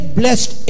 blessed